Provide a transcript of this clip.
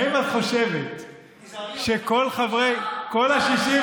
האם את חושבת שכל ה-61,